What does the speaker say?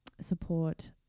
support